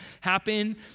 happen